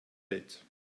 hält